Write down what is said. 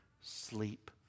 sleep